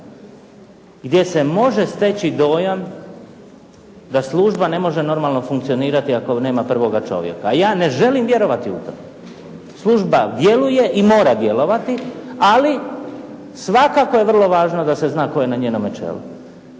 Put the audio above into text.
gdje se može steći dojam da služba ne može normalno funkcionirati ako nema prvoga čovjeka, a ja ne želim vjerovati u to. Služba djeluje i mora djelovati ali svakako je vrlo važno da se zna tko je na njenome čelu.